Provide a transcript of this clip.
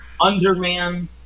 Undermanned